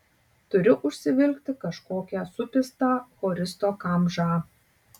turiu užsivilkti kažkokią supistą choristo kamžą